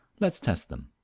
let us test them.